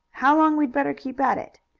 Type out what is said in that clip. how long we'd better keep at it.